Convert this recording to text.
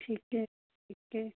ठीक है ठीक है